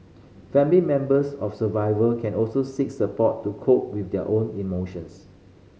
family members of survivor can also seek support to cope with their own emotions